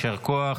יישר כוח.